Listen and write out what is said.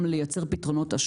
הפתרון.